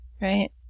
Right